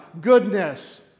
goodness